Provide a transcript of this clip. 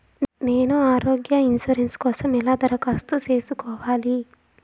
నేను ఆరోగ్య ఇన్సూరెన్సు కోసం ఎలా దరఖాస్తు సేసుకోవాలి